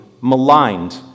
maligned